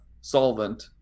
solvent